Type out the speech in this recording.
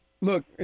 look